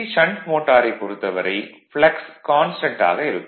shunt மோட்டாரைப் பொறுத்தவரை flux ∅ constant ஆக இருக்கும்